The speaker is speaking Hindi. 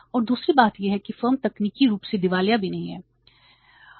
और दूसरी बात यह है कि फर्म तकनीकी रूप से दिवालिया भी नहीं है